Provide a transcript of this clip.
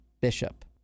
Bishop